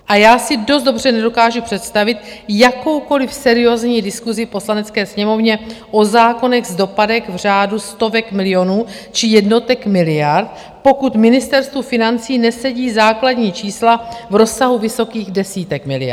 A já si dost době nedokážu představit jakoukoli seriózní diskusi v Poslanecké sněmovně o zákonech v dopadech v řádu stovek milionů či jednotek miliard, pokud Ministerstvu financí nesedí základní čísla v rozsahu vysokých desítek miliard.